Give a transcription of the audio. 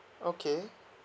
okay